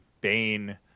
Bane